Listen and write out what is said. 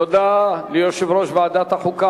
תודה ליושב-ראש ועדת החוקה,